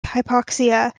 hypoxia